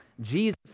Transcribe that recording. Jesus